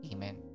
Amen